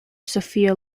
sophia